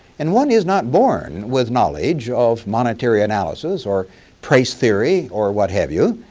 and one is not born with knowledge of monetary analysis or price theory or what have you.